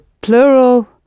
plural